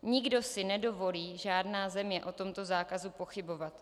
Nikdo si nedovolí, žádná země, o tomto zákazu pochybovat.